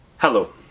Hello